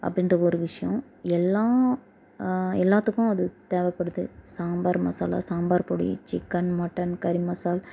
அப்படின்ற ஒரு விஷயம் எல்லாம் எல்லாத்துக்கும் அது தேவைப்படுது சாம்பார் மசாலா சாம்பார் பொடி சிக்கன் மட்டன் கறி மசால்